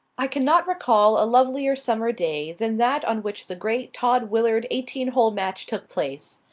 i cannot recall a lovelier summer day than that on which the great todd-willard eighteen-hole match took place.